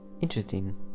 Interesting